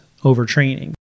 overtraining